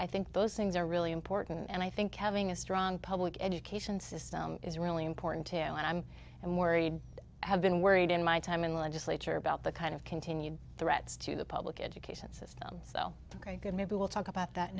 those things are really important and i think having a strong public education system is really important to and i'm and worried have been worried in my time in the legislature about the kind of continued threats to the public education system so i could maybe we'll talk about that